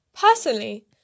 Personally